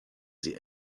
sie